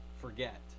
forget